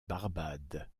barbade